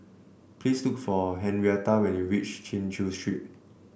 please look for Henrietta when you reach Chin Chew Street